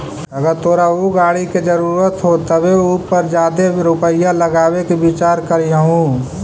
अगर तोरा ऊ गाड़ी के जरूरत हो तबे उ पर जादे रुपईया लगाबे के विचार करीयहूं